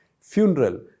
funeral